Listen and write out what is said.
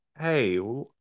hey